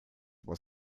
was